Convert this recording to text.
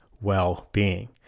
well-being